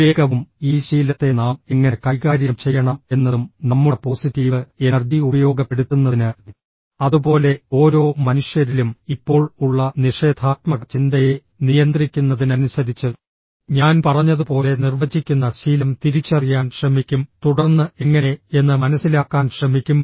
വിവേകവും ഈ ശീലത്തെ നാം എങ്ങനെ കൈകാര്യം ചെയ്യണം എന്നതും നമ്മുടെ പോസിറ്റീവ് എനർജി ഉപയോഗപ്പെടുത്തുന്നതിന് അതുപോലെ ഓരോ മനുഷ്യരിലും ഇപ്പോൾ ഉള്ള നിഷേധാത്മക ചിന്തയെ നിയന്ത്രിക്കുന്നതിനനുസരിച്ച് ഞാൻ പറഞ്ഞതുപോലെ നിർവചിക്കുന്ന ശീലം തിരിച്ചറിയാൻ ശ്രമിക്കും തുടർന്ന് എങ്ങനെ എന്ന് മനസിലാക്കാൻ ശ്രമിക്കും